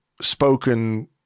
spoken